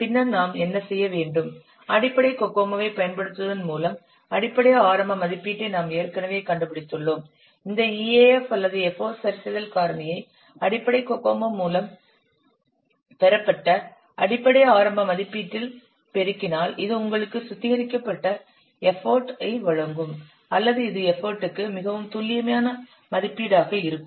பின்னர் நாம் என்ன செய்ய வேண்டும் அடிப்படை கோகோமோவைப் பயன்படுத்துவதன் மூலம் அடிப்படை ஆரம்ப மதிப்பீட்டை நாம் ஏற்கனவே கண்டுபிடித்துள்ளோம் இந்த EAF அல்லது எஃபர்ட் சரிசெய்தல் காரணியை அடிப்படை கோகோமோ மூலம் பெறப்பட்ட அடிப்படை ஆரம்ப மதிப்பீட்டில் பெருக்கினால் இது உங்களுக்கு சுத்திகரிக்கப்பட்டஎஃபர்ட் ஐ வழங்கும் அல்லது இது எஃபர்ட்டுக்கு மிகவும் துல்லியமான மதிப்பீடாக இருக்கும்